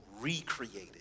recreated